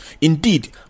Indeed